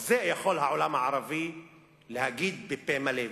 את זה יכול העולם הערבי להגיד בפה מלא.